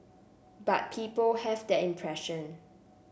but people have that impression